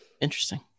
Interesting